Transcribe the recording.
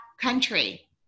Country